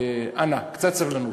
אנא, קצת סבלנות,